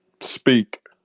Speak